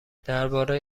درباره